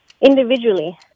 individually